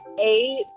eight